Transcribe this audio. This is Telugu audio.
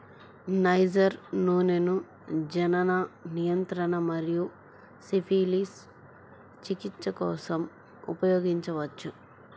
నైజర్ నూనెను జనన నియంత్రణ మరియు సిఫిలిస్ చికిత్స కోసం ఉపయోగించవచ్చు